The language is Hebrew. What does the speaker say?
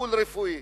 לטיפול רפואי?